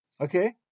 Okay